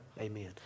Amen